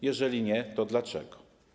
Jeżeli nie, to dlaczego?